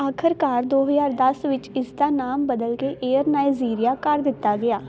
ਆਖਰਕਾਰ ਦੋ ਹਜ਼ਾਰ ਦਸ ਵਿੱਚ ਇਸਦਾ ਨਾਮ ਬਦਲ ਕੇ ਏਅਰ ਨਾਈਜੀਰੀਆ ਕਰ ਦਿੱਤਾ ਗਿਆ